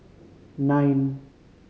nine